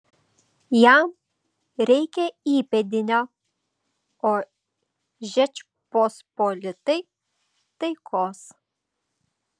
jam reikia įpėdinio o žečpospolitai taikos